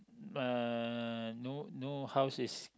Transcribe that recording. uh no no house is